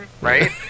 right